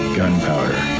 gunpowder